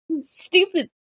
stupid